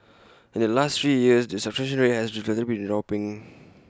in the last three years the subscription rate has relatively been dropping